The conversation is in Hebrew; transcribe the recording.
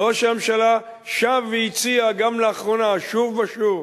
וראש הממשלה שב והציע, גם לאחרונה, שוב ושוב,